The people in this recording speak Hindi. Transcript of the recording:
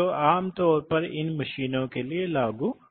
सिद्धांत रूप में हाइड्रोलिक सिस्टम के वेन मोटर के समान है